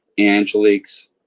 Angelique's